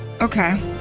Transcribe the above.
Okay